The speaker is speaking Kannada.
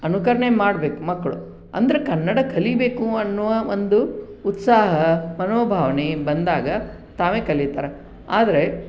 ಅನುಕರಣೆ ಮಾಡಬೇಕು ಮಕ್ಕಳು ಅಂದರೆ ಕನ್ನಡ ಕಲಿಬೇಕು ಅನ್ನುವ ಒಂದು ಉತ್ಸಾಹ ಮನೋಭಾವನೆ ಬಂದಾಗ ತಾವೇ ಕಲಿತಾರೆ ಆದರೆ